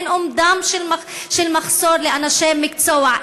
אין אומדן של מחסור של אנשי מקצוע,